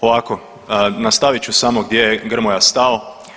Ovako, nastavit ću samo gdje je Grmoja stao.